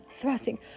thrusting